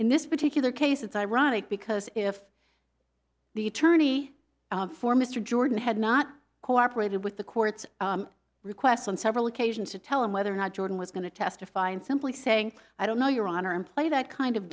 in this particular case it's ironic because if the attorney for mr jordan had not cooperated with the court's requests on several occasions to tell him whether or not jordan was going to testify and simply saying i don't know your honor in play that kind of